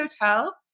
hotel